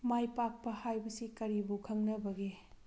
ꯃꯥꯏ ꯄꯥꯛꯄ ꯍꯥꯏꯕꯁꯤ ꯀꯔꯤꯕꯨ ꯈꯪꯅꯕꯒꯦ